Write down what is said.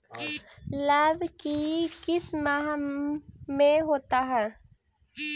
लव की किस माह में होता है?